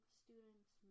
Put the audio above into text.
students